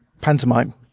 pantomime